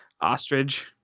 ostrich